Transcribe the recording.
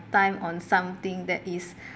time on something that is